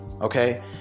Okay